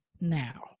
now